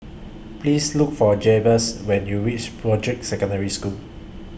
Please Look For Jabez when YOU REACH Broadrick Secondary School